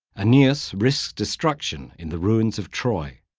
aeneas risks destruction in the ruins of troy,